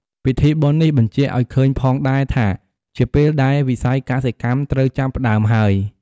ពិធីបុណ្យនេះបញ្ជាក់ឪ្យឃើញផងដែលថាជាពេលដែលវិស័យកសិកម្មត្រូវចាប់ផ្ដើមហើយ ។